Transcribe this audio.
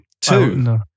two